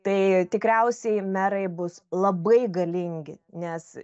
tai tikriausiai merai bus labai galingi nes